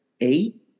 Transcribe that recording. eight